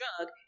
drug